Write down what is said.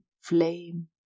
flame